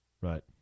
Right